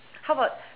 how about